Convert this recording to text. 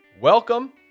welcome